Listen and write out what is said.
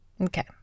Okay